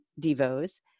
devos